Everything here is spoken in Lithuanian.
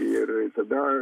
ir tada